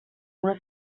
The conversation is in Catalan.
una